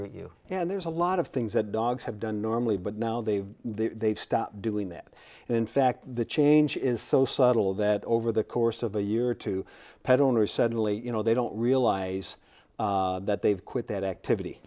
greet you and there's a lot of things that dogs have done normally but now they've they've stopped doing that and in fact the change is so subtle that over the course of a year or two pet owners suddenly you know they don't realize that they've quit that activity